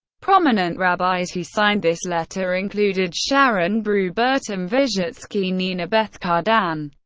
prominent rabbis who signed this letter included sharon brous, burton visotzky, nina beth cardin,